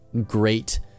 great